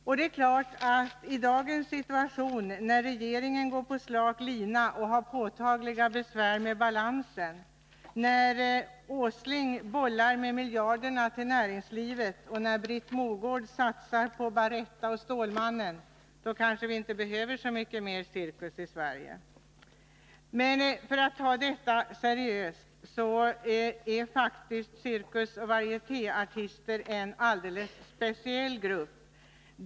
Det är också klart att det i dagens situation, när regeringen går på slak lina och har påtagliga besvär med balansen, när Åsling bollar med miljarderna till näringslivet och när Britt Mogård satsar på Baretta och Stålmannen, kanske inte behövs så mycket mer cirkus i Sverige. För att se seriöst på detta så är faktiskt cirkusoch varietéartister en alldeles speciell grupp människor.